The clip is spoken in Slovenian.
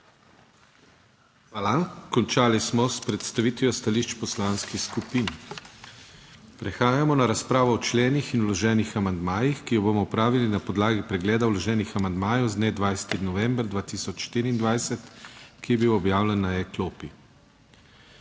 Hvala. Končali smo s predstavitvijo stališč poslanskih skupin. Prehajamo na razpravo o členih in vloženih amandmajih, ki jo bomo opravili na podlagi pregleda vloženih amandmajev z dne 20. november 2024, ki je bil objavljen na e-klopi.